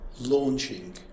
launching